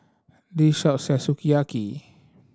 this shop sell Sukiyaki